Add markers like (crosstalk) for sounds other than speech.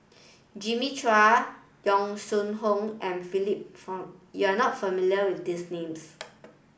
Jimmy Chua Yong Shu Hoong and Philip (unintelligible) you are not familiar with these names